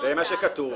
זה מה שכתוב.